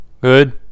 Good